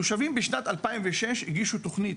התושבים בשנת 2006 הגישו תוכנית,